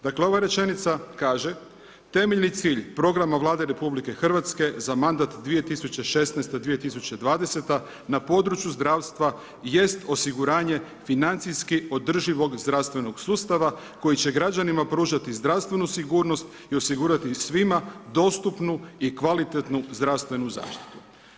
Dakle, ova rečenica kaže: temeljni cilj programa Vlade RH za mandat 2016.-2020. na području zdravstva jest osiguranje financijski održivog zdravstvenog sustava koji će građanima pružati zdravstvenu sigurnost i osigurati svima dostupnu i kvalitetnu zdravstvenu zaštitu.